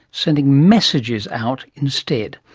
sending messages out instead.